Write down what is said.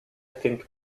think